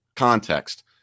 context